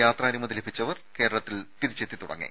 യാത്രാനുമതി ലഭിച്ചവർ കേരളത്തിൽ തിരിച്ചെത്തി തുടങ്ങി